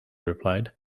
replied